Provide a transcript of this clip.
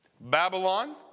Babylon